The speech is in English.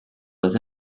was